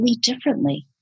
differently